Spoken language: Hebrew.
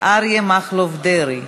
אריה מכלוף דרעי.